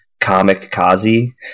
Comic-Kazi